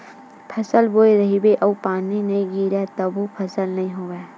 फसल बोए रहिबे अउ पानी नइ गिरिय तभो फसल नइ होवय